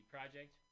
Project